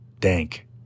dank